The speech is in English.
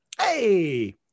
hey